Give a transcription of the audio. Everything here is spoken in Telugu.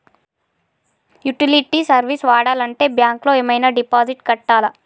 యుటిలిటీ సర్వీస్ వాడాలంటే బ్యాంక్ లో ఏమైనా డిపాజిట్ కట్టాలా?